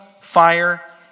fire